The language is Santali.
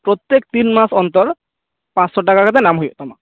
ᱯᱨᱚᱛᱛᱮᱠ ᱛᱤᱱᱢᱟᱥ ᱚᱱᱛᱚᱨ ᱯᱟᱸᱪᱥᱚ ᱴᱟᱠᱟ ᱠᱟᱛᱮᱫ ᱮᱢ ᱦᱩᱭᱩᱜ ᱛᱟᱢᱟ